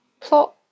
plot